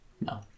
no